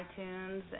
iTunes